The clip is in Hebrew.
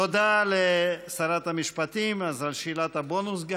תודה לשרת המשפטים גם על שאלת הבונוס.